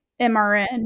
MRN